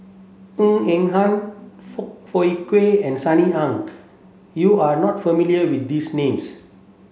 Ng Eng Hen Foong Fook Kay and Sunny Ang You are not familiar with these names